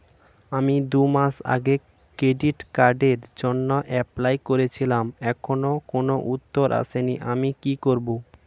আমি দুমাস আগে ক্রেডিট কার্ডের জন্যে এপ্লাই করেছিলাম এখনো কোনো উত্তর আসেনি আমি কি করব?